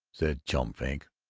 said chum frink.